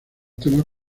temas